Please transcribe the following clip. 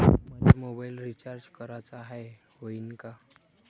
मले mobile recharge कराचा हाय, होईनं का?